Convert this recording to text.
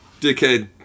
Dickhead